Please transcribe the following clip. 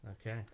Okay